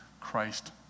Christ